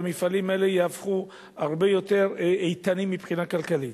והמפעלים האלה יהפכו הרבה יותר איתנים מבחינה כלכלית.